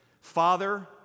Father